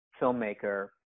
filmmaker